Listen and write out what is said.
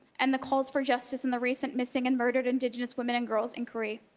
and the calls for justice in the recent missing and murdered indigenous women and girls inquiry.